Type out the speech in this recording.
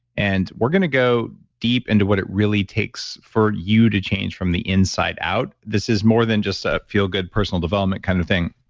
and we're going to go deep into what it really takes for you to change from the inside out. this is more than just a feel-good personal development kind of thing.